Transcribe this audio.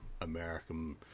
American